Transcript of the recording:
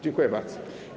Dziękuję bardzo.